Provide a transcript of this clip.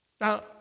Now